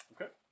Okay